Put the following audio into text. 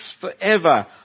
forever